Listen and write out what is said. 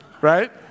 right